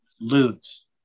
lose